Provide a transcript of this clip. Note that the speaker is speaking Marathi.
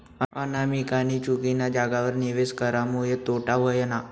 अनामिकानी चुकीना जागावर निवेश करामुये तोटा व्हयना